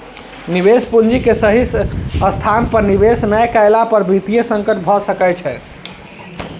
निवेश पूंजी के सही स्थान पर निवेश नै केला पर वित्तीय संकट भ सकै छै